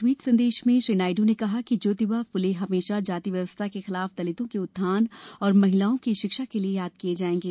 tweet संदेश में श्री नायडू ने कहा कि ज्योतिबा फूर्ले हमेशा जाति व्यवस्था के खिलाफ दलितों के उत्थान और महिलाओं की शिक्षा के लिए याद किये जायेगें